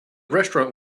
restaurant